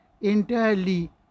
entirely